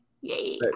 Yay